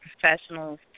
professionals